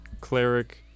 Cleric